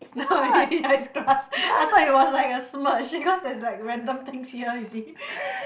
ya it's grass I thought it was like a smudge because there's like random things here you see